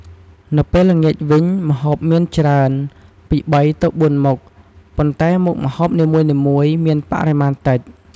នៅពេលល្ងាចវិញ ម្ហូបមានច្រើន ពី ៣ ទៅ ៤ មុខ ប៉ុន្តែមុខម្ហូបនីមួយៗមានបរិមាណតិច។